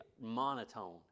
monotone